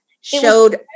showed